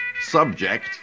subject